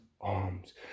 arms